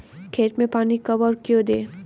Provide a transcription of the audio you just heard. खेत में पानी कब और क्यों दें?